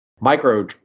micro